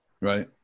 Right